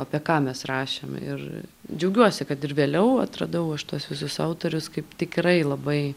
apie ką mes rašėm ir džiaugiuosi kad ir vėliau atradau aš tuos visus autorius kaip tikrai labai